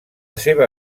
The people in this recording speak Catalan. seva